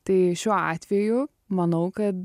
tai šiuo atveju manau kad